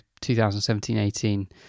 2017-18